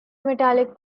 metallic